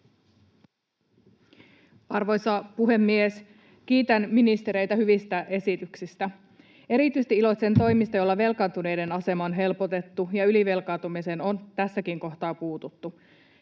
Arvoisa puhemies! Kiitän ministereitä hyvistä esityksistä. Erityisesti iloitsen toimista, joilla velkaantuneiden asemaa on helpotettu ja ylivelkaantumiseen on tässäkin kohtaa puututtu.